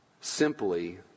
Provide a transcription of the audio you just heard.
simply